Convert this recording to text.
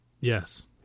Yes